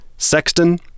Sexton